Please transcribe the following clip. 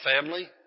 family